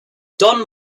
don